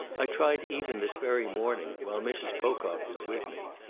i tried even this very morning while mrs. pocock was with me.